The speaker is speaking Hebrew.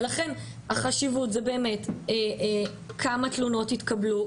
ולכן החשיבות זה באמת כמה תלונות התקבלו.